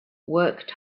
worked